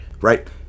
right